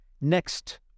next